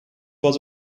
was